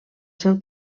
seu